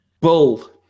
Bull